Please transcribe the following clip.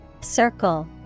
Circle